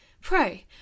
Pray